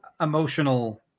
emotional